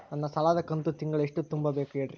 ನನ್ನ ಸಾಲದ ಕಂತು ತಿಂಗಳ ಎಷ್ಟ ತುಂಬಬೇಕು ಹೇಳ್ರಿ?